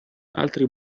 altri